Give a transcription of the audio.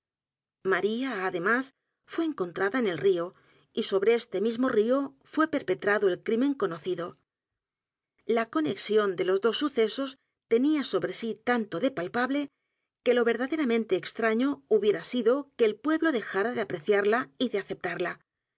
maría además fué encontrada en el río y sobre este mismo río fué perpetrado el crimen conocido la conexión de los dos sucesos tenía sobre sí tanto de palpable que lo verdaderamente extraño hubiera sido que el pueblo dejara de apreciarla y de aceptarla